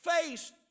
face